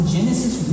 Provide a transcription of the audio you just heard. Genesis